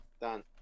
done